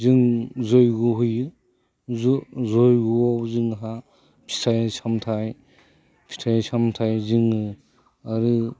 जों जयग' होयो जयग'आव जोंहा फिथाइ समथाय जोङो आरो